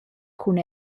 cun